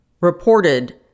reported